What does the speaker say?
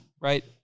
right